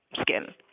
skin